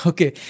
Okay